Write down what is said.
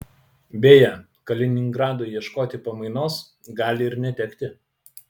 beje kaliningradui ieškoti pamainos gali ir netekti